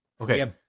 Okay